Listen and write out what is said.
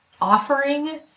Offering